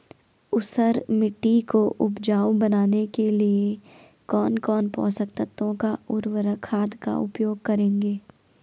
ऊसर मिट्टी को उपजाऊ बनाने के लिए कौन कौन पोषक तत्वों व उर्वरक खाद का उपयोग करेंगे?